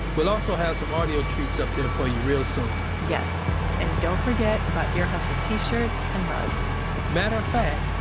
we'll also have some audio treats up there for you real soon yes. and don't forget about ear hustle t-shirts and mugs matter of fact,